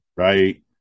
Right